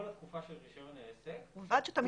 התקופה של רישיון העסק ובלבד שתפעל.